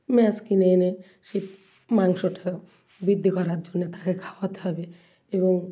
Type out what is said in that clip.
mass কিনে এনে সে মাংসটা বৃদ্ধি করার জন্য তাকে খাওয়াতে হবে এবং